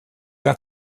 got